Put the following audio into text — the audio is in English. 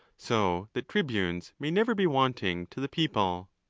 so that tribunes may never be wanting to the people.